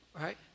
right